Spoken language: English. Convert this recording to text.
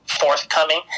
forthcoming